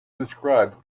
described